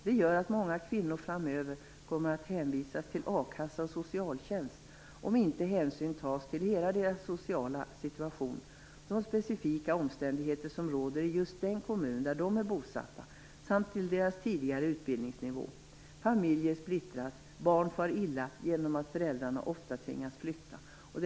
Det gör att många kvinnor framöver kommer att hänvisas till akassa och socialtjänst om inte hänsyn tas till hela deras sociala situation, de specifika omständigheter som råder i just den kommun där de är bosatta och till deras tidigare utbildningsnivå. Familjer splittras och barn far illa genom att föräldrarna tvingas flytta ofta.